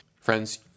Friends